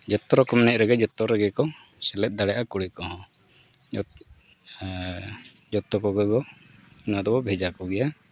ᱡᱚᱛᱚ ᱨᱚᱠᱚᱢ ᱮᱱᱮᱡ ᱡᱚᱛᱚ ᱨᱮᱜᱮ ᱠᱚ ᱥᱮᱞᱮᱫ ᱫᱟᱲᱮᱭᱟᱜᱼᱟ ᱠᱩᱲᱤ ᱠᱚᱦᱚᱸ ᱦᱮᱸ ᱡᱚᱛᱚ ᱠᱚᱜᱮ ᱵᱚ ᱚᱱᱟ ᱫᱚᱵᱚᱱ ᱵᱷᱮᱡᱟ ᱠᱚᱜᱮᱭᱟ